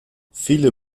viele